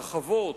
הרחבות